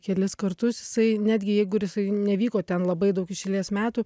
kelis kartus jisai netgi jeigu ir jisai nevyko ten labai daug iš eilės metų